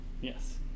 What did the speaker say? Yes